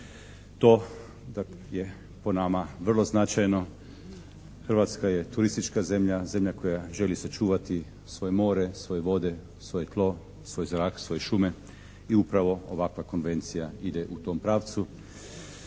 To je po nama vrlo značajno. Hrvatska je turistička zemlja, zemlja koja želi sačuvati svoje more, svoje vode, svoje tlo, svoj zrak, svoje šume i upravo ovakva Konvencija ide tom pravcu.